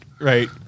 Right